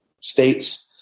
states